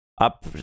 up